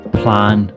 plan